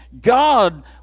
God